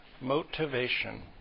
motivation